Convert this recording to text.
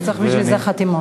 אתה צריך בשביל זה חתימות.